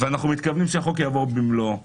ואנחנו מתכוונים שהחוק יעבור במלואו.